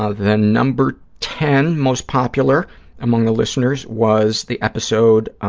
ah the number ten most popular among the listeners was the episode